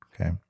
Okay